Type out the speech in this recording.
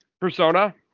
persona